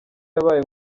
yabaye